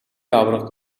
аварга